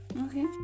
okay